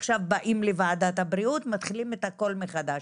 באים לוועדת הבריאות ומתחילים את הכל מחדש,